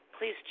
Please